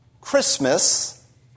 Christmas